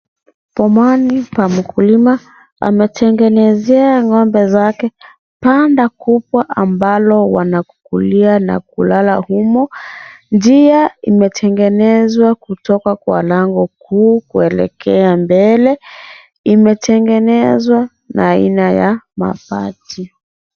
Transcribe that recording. Bomani pa mkulima anatengenezea ng'ombe zake banda kubwa ambalo wanakulia na kulala humo . Njia imetengenezwa kutoka kwa lango kuu kuelekea mbele. Imetengenezwa na aina ya mabati.